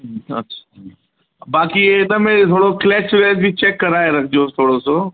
अच्छा बाकी इन में थोरो क्लेच व्लेच बि चेक कराए रखिजोसि थोरो सो